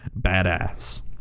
badass